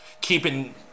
keeping